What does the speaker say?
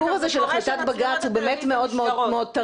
הרי הסיפור הזה של החלטת בג"צ הוא באמת מאוד מאוד טרי,